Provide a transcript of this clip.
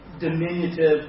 diminutive